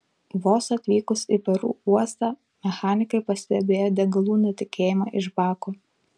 vos atvykus į peru uostą mechanikai pastebėjo degalų nutekėjimą iš bako